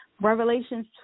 Revelations